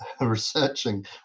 researching